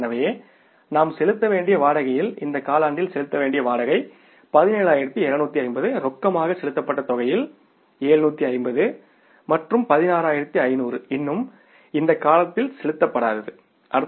எனவே நாம் செலுத்த வேண்டிய வாடகையில் இந்த காலாண்டில் செலுத்த வேண்டிய வாடகை 17250 ரொக்கமாக செலுத்தப்பட்ட தொகையில் 750 மற்றும் இன்னும் இந்த காலாண்டில் செலுத்தப்படாது 16500